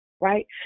right